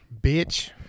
Bitch